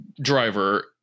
driver